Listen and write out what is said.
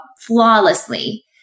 flawlessly